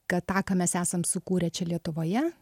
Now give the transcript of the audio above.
kad tą ką mes esam sukūrę čia lietuvoje